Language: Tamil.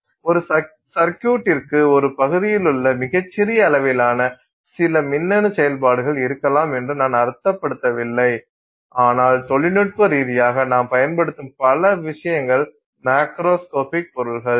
ஒரு சர்க்யூட்டிருக்கு ஒரு பகுதியிலுள்ள மிகச் சிறிய அளவிலான சில மின்னணு செயல்பாடுகள் இருக்கலாம் என்று நான் அர்த்தப்படுத்தவில்லை ஆனால் தொழில்நுட்ப ரீதியாக நாம் பயன்படுத்தும் பல விஷயங்கள் மேக்ரோஸ்கோபிக் பொருள்கள்